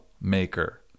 maker